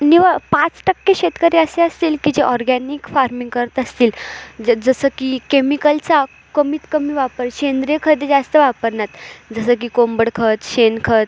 निव्वळ पाच टक्के शेतकरी असे असतील की जे ऑर्गॅनिक फार्मिंग करत असतील ज जसं की केमिकलचा कमीत कमी वापर सेंद्रिय खत जास्त वापरण्यात जसं की कोंबडखत शेणखत